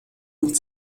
und